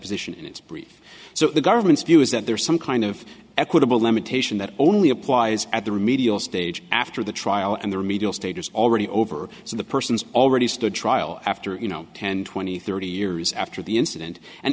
position in its brief so the government's view is that there is some kind of equitable limitation that only applies at the remedial stage after the trial and the remedial stage is already over so the person is already stood trial after you know ten twenty thirty years after the incident and